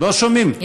לא שומעים.